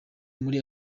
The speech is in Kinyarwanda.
muri